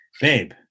babe